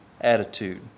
attitude